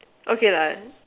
okay lah